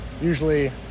Usually